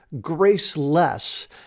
graceless